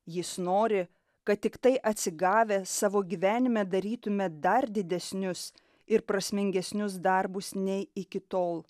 jis nori kad tiktai atsigavę savo gyvenime darytume dar didesnius ir prasmingesnius darbus nei iki tol